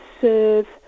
serve